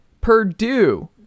Purdue